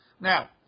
Now